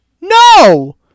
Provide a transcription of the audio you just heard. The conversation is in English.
No